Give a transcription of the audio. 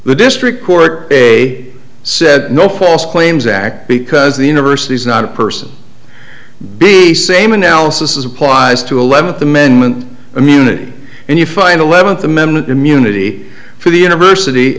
the district court a said no false claims act because the university is not a person be a same analysis as applies to eleventh amendment immunity and you find eleventh amendment immunity for the university